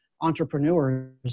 entrepreneurs